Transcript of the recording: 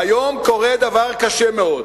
והיום קורה דבר קשה מאוד: